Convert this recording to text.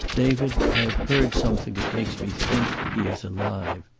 david, i have heard something that makes me think he is alive.